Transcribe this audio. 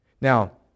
Now